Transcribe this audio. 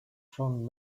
from